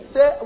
Say